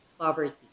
poverty